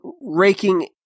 raking –